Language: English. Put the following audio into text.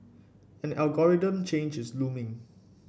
an algorithm change is looming